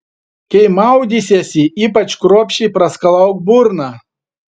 kai maudysiesi ypač kruopščiai praskalauk burną